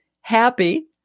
happy